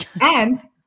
And-